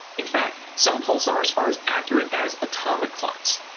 in fact, some pulsars are as accurate as atomic clocks.